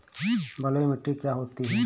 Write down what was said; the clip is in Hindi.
बलुइ मिट्टी क्या होती हैं?